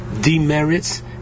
demerits